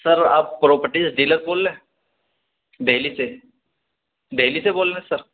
سر آپ property dealer بول رہے ہیں دہلی سے دہلی سے بول رہے ہیں سر